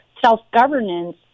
self-governance